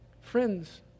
Friends